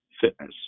fitness